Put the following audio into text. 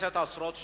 בכנסת עשרות שנים.